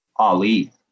Ali